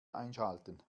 einschalten